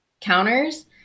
counters